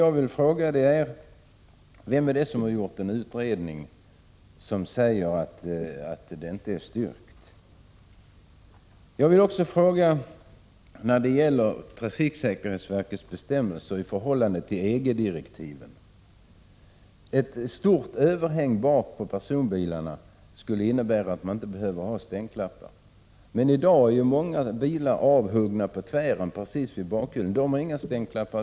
Jag skulle vilja fråga utskottets talesman: Vem har gjort en sådan utredning? Vem säger att det inte är styrkt osv.? När det gäller trafiksäkerhetsverkets bestämmelser i förhållande till EG-direktiven vill jag också ställa en fråga. Ett stort överhäng bak på personbilarna skulle innebära att man inte behöver ha stänklappar. I dag är ju många bilar så att säga avhuggna på tvären precis vid bakhjulen. Inte heller de bilarna har några stänklappar.